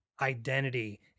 identity